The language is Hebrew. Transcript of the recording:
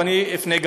ואני אפנה,